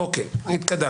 אוקיי, התקדמנו.